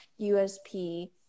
USP